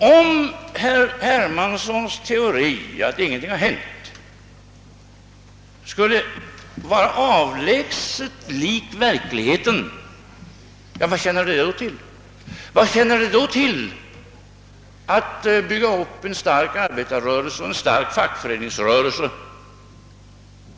Om herr Hermanssons teori att ingenting hänt skulle vara avlägset lik verkligheten, vad tjänar det då till att vi har byggt upp en stark arbetaroch fackföreningsrörelse?